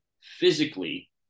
physically